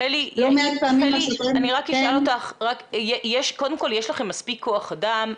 חלי, יש לכם מספיק כוח אדם?